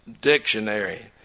Dictionary